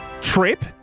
trip